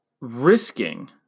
risking